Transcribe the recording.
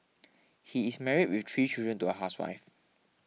he is married with three children to a housewife